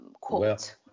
quote